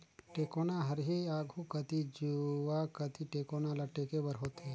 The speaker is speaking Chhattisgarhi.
टेकोना हर ही आघु कती जुवा कती टेकोना ल टेके बर होथे